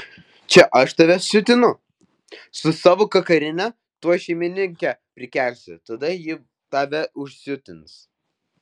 čia aš tave siutinu su savo kakarine tuoj šeimininkę prikelsi tada ji tave užsiutins